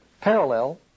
parallel